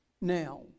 Now